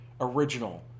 Original